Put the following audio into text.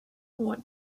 what